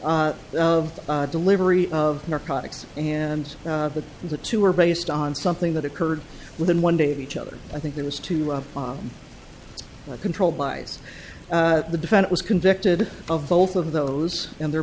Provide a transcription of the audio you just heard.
information delivery of narcotics and that the two were based on something that occurred within one day of each other i think there was two of them are controlled by the defendant was convicted of both of those and they're